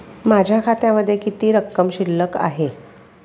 माझ्या खात्यामध्ये किती रक्कम शिल्लक आहे?